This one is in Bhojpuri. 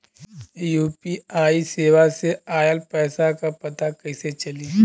यू.पी.आई सेवा से ऑयल पैसा क पता कइसे चली?